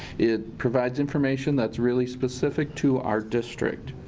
it provides information that's really specific to our district.